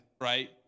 Right